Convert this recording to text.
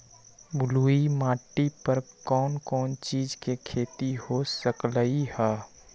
बलुई माटी पर कोन कोन चीज के खेती हो सकलई ह?